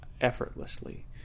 effortlessly